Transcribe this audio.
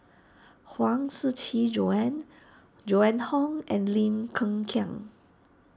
Huang Siqi Joan Joan Hon and Lim Hng Kiang